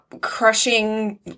crushing